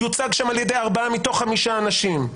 יוצג שם על ידי ארבעה מתוך חמישה אנשים.